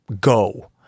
go